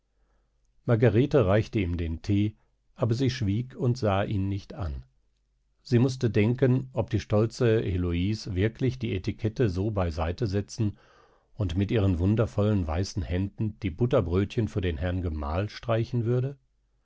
margarete reichte ihm den thee aber sie schwieg und sah ihn nicht an sie mußte denken ob die stolze heloise wirklich die etikette so beiseite setzen und mit ihren wundervollen weißen händen die butterbrötchen für den herrn gemahl streichen würde